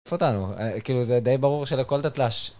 כאילו זה די ברור שלכל דתל"ש.